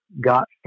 got